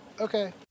Okay